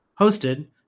hosted